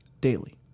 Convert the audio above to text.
Daily